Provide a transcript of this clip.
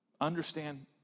understand